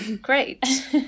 Great